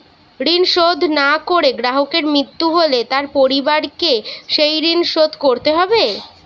ঋণ শোধ না করে গ্রাহকের মৃত্যু হলে তার পরিবারকে সেই ঋণ শোধ করতে হবে?